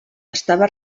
estava